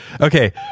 Okay